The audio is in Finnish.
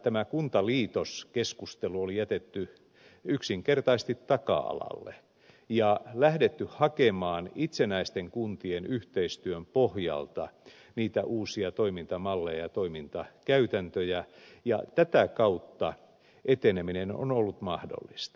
tämä kuntaliitoskeskustelu oli jätetty yksinkertaisesti taka alalle ja lähdetty hakemaan itsenäisten kuntien yhteistyön pohjalta niitä uusia toimintamalleja ja toimintakäytäntöjä ja tätä kautta eteneminen on ollut mahdollista